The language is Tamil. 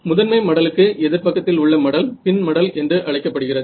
முதன்மை மடலுக்கு எதிர் பக்கத்தில் உள்ள மடல் பின் மடல் என்று அழைக்கப்படுகிறது